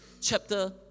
chapter